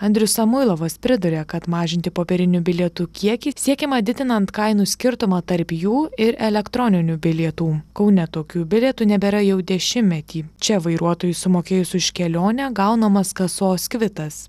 andrius samuilovas priduria kad mažinti popierinių bilietų kiekį siekiama didinant kainų skirtumą tarp jų ir elektroninių bilietų kaune tokių bilietų nebėra jau dešimtmetį čia vairuotojui sumokėjus už kelionę gaunamas kasos kvitas